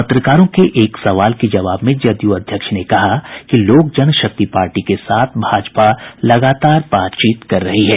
पत्रकारों के एक सवाल के जवाब में जदयू अध्यक्ष ने कहा कि लोक जनशक्ति पार्टी के साथ भारतीय जनता पार्टी लगातार बातचीत कर रही है